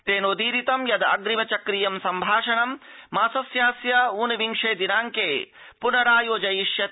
तेनोदीरितं यद् अप्रिम चक्रीयं सम्भाषणं मासस्यास्य उनविंशे दिनांके प्नरायोजयिष्यते